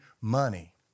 money